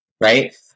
right